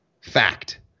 Fact